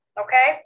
okay